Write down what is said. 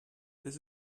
this